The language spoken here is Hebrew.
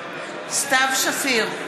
סתיו שפיר,